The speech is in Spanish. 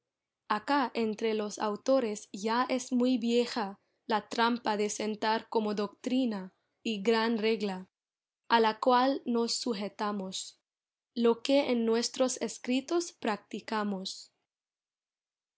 acá entre los autores ya es muy vieja la trampa de sentar como doctrina y gran regla a la cual nos sujetamos lo que en nuestros escritos practicamos